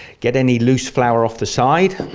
get any loose flour off the side